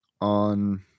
on